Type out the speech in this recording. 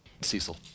Cecil